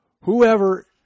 Whoever